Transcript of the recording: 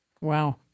Wow